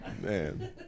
Man